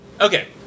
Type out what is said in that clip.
Okay